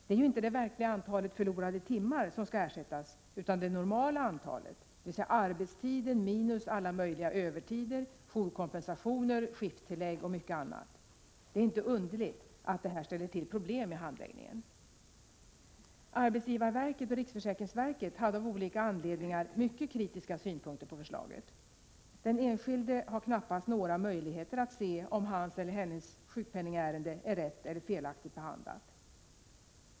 Det är ju inte verkliga antalet förlorade timmar som skall ersättas utan det ”normala” antalet, dvs. arbetstiden minus alla möjliga övertider, jourkompensation, skifttillägg och mycket annat. Det är inte underligt att det här orsakar problem i handläggningen. Arbetsgivarverket och riksförsäkringsverket hade av olika anledningar mycket kritiska synpunkter på förslaget. Den enskilde har knappast några möjligheter att se om hans eller hennes sjukpenningärende är rätt eller felaktigt behandlat.